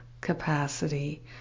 capacity